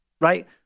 right